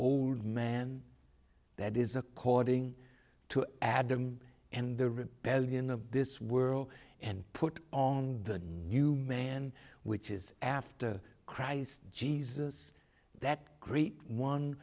old man that is according to adam and the rebellion of this world and put on the new man which is after christ jesus that great one